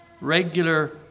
regular